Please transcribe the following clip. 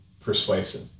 persuasive